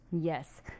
Yes